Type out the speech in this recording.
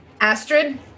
Astrid